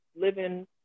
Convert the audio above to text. living